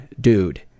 Dude